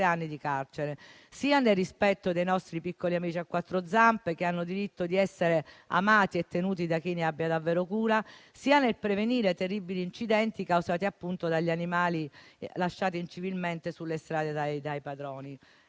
anni di carcere, sia nel rispetto dei nostri piccoli amici a quattro zampe, che hanno diritto di essere amati e tenuti da chi ne abbia davvero cura, sia per prevenire terribili incidenti causati dagli animali lasciati incivilmente sulle strade dai padroni.